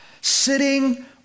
sitting